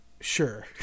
sure